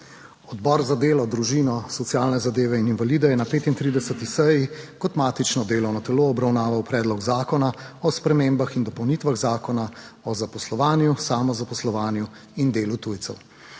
Odbor za delo, družino, socialne zadeve in invalide je na 35. seji kot matično delovno telo obravnaval Predlog zakona o spremembah in dopolnitvah Zakona o zaposlovanju, samozaposlovanju in delu tujcev.